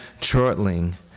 chortling